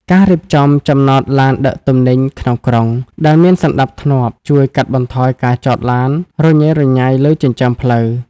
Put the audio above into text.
ការរៀបចំ "ចំណតឡានដឹកទំនិញក្នុងក្រុង" ដែលមានសណ្ដាប់ធ្នាប់ ជួយកាត់បន្ថយការចតឡានរញ៉េរញ៉ៃលើចិញ្ចើមផ្លូវ។